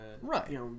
Right